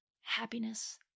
happiness